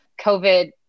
COVID